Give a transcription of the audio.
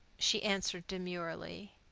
she answered demurely.